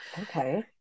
okay